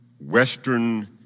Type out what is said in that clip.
Western